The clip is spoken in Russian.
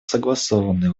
согласованные